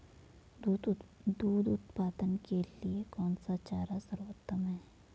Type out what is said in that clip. दूध उत्पादन के लिए कौन सा चारा सर्वोत्तम है?